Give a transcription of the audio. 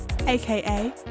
aka